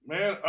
Man